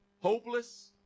hopeless